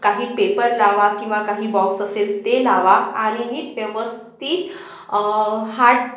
काही पेपर लावा किंवा काही बॉक्स असेल ते लावा आणि नीट व्यवस्थित हाट